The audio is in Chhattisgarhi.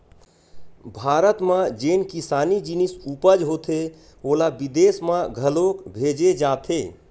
भारत म जेन किसानी जिनिस उपज होथे ओला बिदेस म घलोक भेजे जाथे